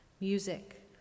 music